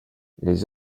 les